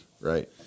Right